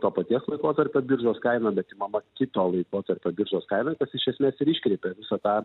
to paties laikotarpio biržos kaina bet imama kito laikotarpio biržos kaina kas iš esmės ir iškreipia visą tą